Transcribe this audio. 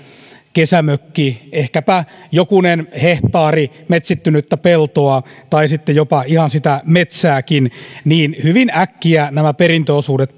kesämökki ehkäpä jokunen hehtaari metsittynyttä peltoa tai sitten jopa ihan sitä metsääkin niin hyvin äkkiä nämä perintöosuudet